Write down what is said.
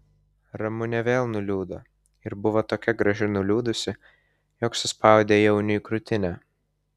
ramunė vėl nuliūdo ir buvo tokia graži nuliūdusi jog suspaudė jauniui krūtinę